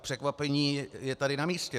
Překvapení je tady namístě.